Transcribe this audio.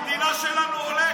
המדינה שלנו הולכת.